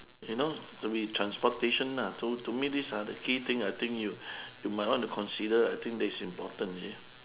you know could be transportation lah so to me these are the key thing I think you you might want to consider I think that is important you see